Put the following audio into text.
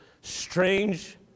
strange